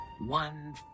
one